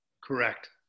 Correct